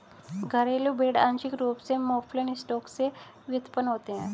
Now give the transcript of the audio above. घरेलू भेड़ आंशिक रूप से मौफलन स्टॉक से व्युत्पन्न होते हैं